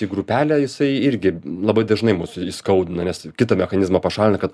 į grupelę jisai irgi labai dažnai mus įskaudina nes kitą mechanizmą pašalina kad